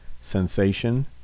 sensation